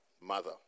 mother